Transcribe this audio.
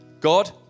God